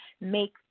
make